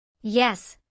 Yes